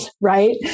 Right